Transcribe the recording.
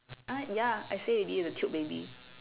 ah ya I say already the tube baby